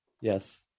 Yes